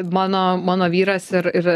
mano mano vyras ir ir